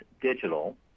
digital